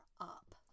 up